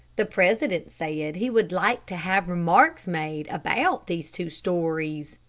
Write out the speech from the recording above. the president said he would like to have remarks made about these two stories.